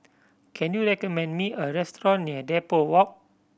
can you recommend me a restaurant near Depot Walk